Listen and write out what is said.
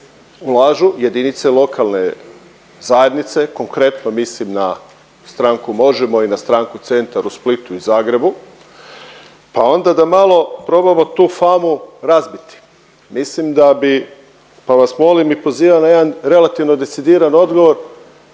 ulažu jedinice lokalne zajednice, konkretno mislim na stranku Možemo i na stranku Centar u Splitu i Zagrebu, pa onda da malo probamo tu famu razbiti. Mislim da bi pa vas molim i pozivam na jedan relativno decidiran odgovor